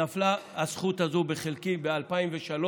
נפלה הזכות הזאת בחלקי ב-2003,